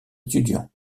étudiant